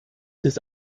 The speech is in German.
des